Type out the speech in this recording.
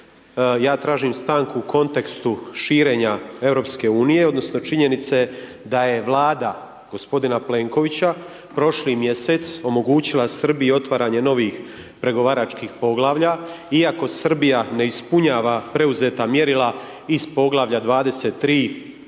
Ja tražim stanku u kontekstu širenja EU-a odnosno činjenice da je Vlada g. Plenkovića prošli mjesec omogućila Srbiji otvaranje novih pregovaračkih poglavlja iako Srbija ne ispunjava preuzeta mjerila iz poglavlja 23